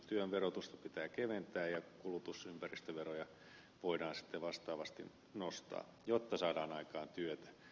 työn verotusta pitää keventää ja kulutus ja ympäristöveroja voidaan vastaavasti nostaa jotta saadaan aikaan työtä